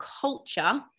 culture